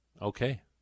Okay